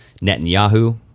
Netanyahu